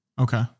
okay